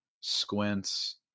squints